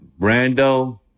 Brando